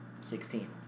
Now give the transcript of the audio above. Sixteen